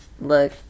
look